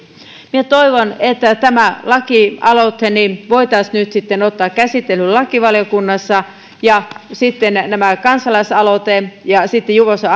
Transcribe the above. minä toivon että tämä lakialoite voitaisiin nyt sitten ottaa käsittelyyn lakivaliokunnassa ja että sitten kansalaisaloite ja juvosen